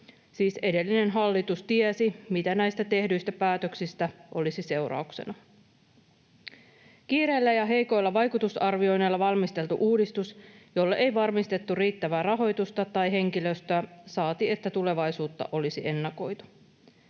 edellinen hallitus tiesi, mitä näistä tehdyistä päätöksistä olisi seurauksena: kiireellä ja heikoilla vaikutusarvioinneilla valmisteltu uudistus, jolle ei varmistettu riittävää rahoitusta tai henkilöstöä, saati että tulevaisuutta olisi ennakoitu.